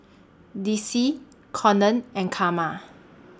Dicy Konnor and Carma